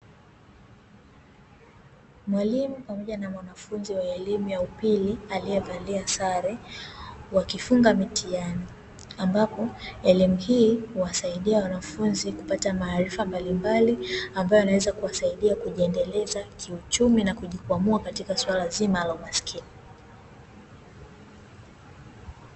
Mwalimu pamoja na mwanafunzi wa elimu ya upili aliyevalia sare, wakifunga mitihani, ambapo elimu hii huwasaidia wanafunzi kupata maarifa mbalimbali, ambayo yanaweza kuwasaidia kujiendeleza kiuchumi na kujikwamua katika swala zima la umasikini.